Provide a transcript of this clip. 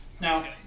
Now